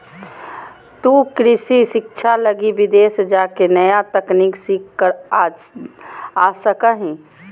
तु कृषि शिक्षा लगी विदेश जाके नया तकनीक सीख कर आ सका हीं